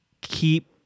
keep